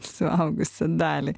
suaugusią dalį